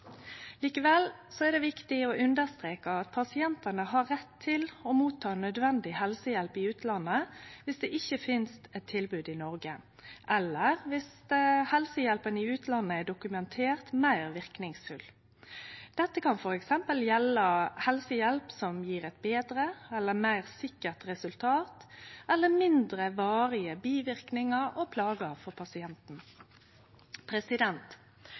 er det viktig å understreke at pasientane har rett til å ta imot nødvendig helsehjelp i utlandet viss det ikkje finst eit tilbod i Noreg, eller viss helsehjelpa i utlandet er dokumentert meir verknadsfull. Dette kan f.eks. gjelde helsehjelp som gjev eit betre eller meir sikkert resultat eller mindre varige biverknader og plager for pasienten.